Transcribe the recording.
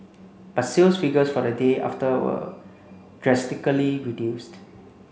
but sales figures for the day after were drastically reduced